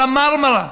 על המרמרה,